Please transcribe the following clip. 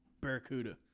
Barracuda